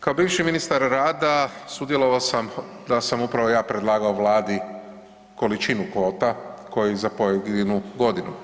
Kao bivši ministar rada sudjelovao sam da sam upravo ja predlagao Vladi količinu kvota za pojedinu godinu.